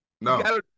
no